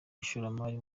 ishoramari